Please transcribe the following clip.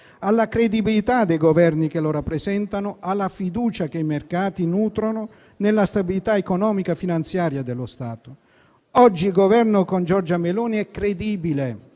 alla credibilità dei Governi che lo rappresentano, alla fiducia che i mercati nutrono nella stabilità economica finanziaria dello Stato. Oggi il Governo, con Giorgia Meloni, è credibile,